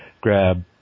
grab